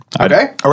Okay